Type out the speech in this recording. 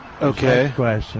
Okay